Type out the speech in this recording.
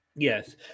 Yes